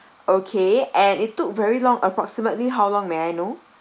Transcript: okay and it took very long approximately how long may I know